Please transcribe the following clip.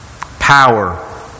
Power